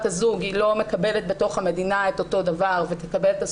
הזוג לא מקבלת בתוך המדינה את אותו דבר ותקבל את הזכויות,